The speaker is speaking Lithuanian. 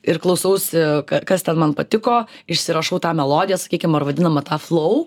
ir klausausi kas ten man patiko išsirašau tą melodiją sakykim ar vadinamą tą flau